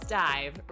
dive